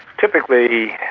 typically,